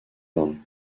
bornes